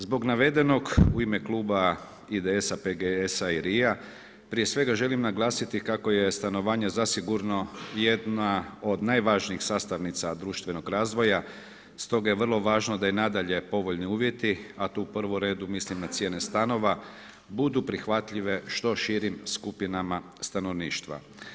Zbog navedenog u ime Kluba IDS-a, PGS-a i LRI-a, prije svega želim naglasiti kako je stanovanje zasigurno jedna od najvažnijih sastavnica društvenog razvoja, stoga je vrlo važno da i nadalje povoljni uvjeti, a to u prvom redu mislim na cijene stanova, budu prihvatljivije što širim skupinama stanovništva.